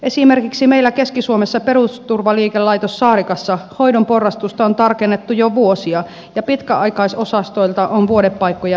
esimerkiksi meillä keski suomessa perusturvaliikelaitos saarikassa hoidon porrastusta on tarkennettu jo vuosia ja pitkäaikaisosastoilta on vuodepaikkoja vähennetty